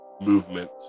movement